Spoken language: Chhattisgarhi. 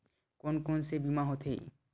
कोन कोन से बीमा होथे?